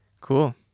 Cool